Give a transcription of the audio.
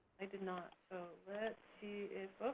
i did not, so let's see if,